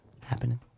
Happening